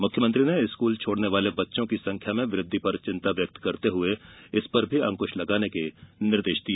मुख्यमंत्री ने स्कूल छोड़ने वाले बच्चों की संख्या में वृद्धि पर चिंता व्यक्त करते हुए इस पर अंकुश लगाने के भी निर्देश दिए